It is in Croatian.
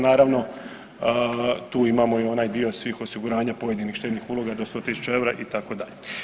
Naravno tu imamo i onaj dio svih osiguranja pojedinih štednih uloga do 100.000 EUR-a itd.